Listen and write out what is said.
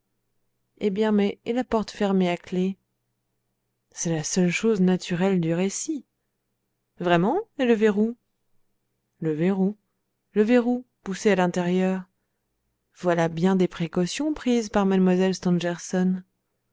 eh bien mais et la porte fermée à clef c'est la seule chose naturelle du récit vraiment et le verrou le verrou le verrou poussé à l'intérieur voilà bien des précautions prises par mlle